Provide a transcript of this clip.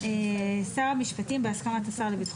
שר המשפטים, בהסכמת השר לביטחון